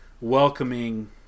welcoming